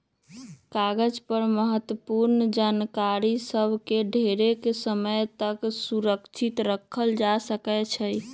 कागज पर महत्वपूर्ण जानकारि सभ के ढेरेके समय तक सुरक्षित राखल जा सकै छइ